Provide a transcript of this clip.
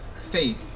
faith